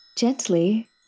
Gently